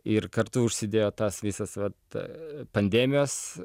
ir kartu užsidėjo tas visas vat pandemijos